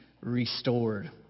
restored